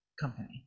company